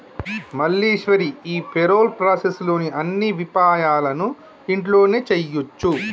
మల్లీశ్వరి ఈ payroll process లోని అన్ని విపాయాలను ఇంట్లోనే చేయొచ్చు